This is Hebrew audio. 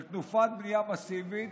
של תנופת בנייה מסיבית,